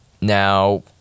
Now